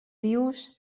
vius